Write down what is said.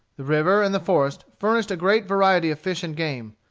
the river and the forest furnished a great variety of fish and game.